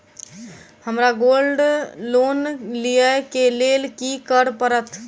हमरा gold loan लिय केँ लेल की करऽ पड़त?